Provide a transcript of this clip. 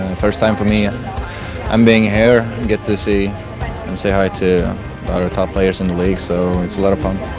first time for me. in um being here, and get to see and say hi to our top players in the league, so, it's a lot of fun.